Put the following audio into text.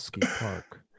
Park